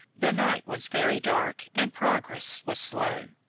the night was very dark and progress was slow.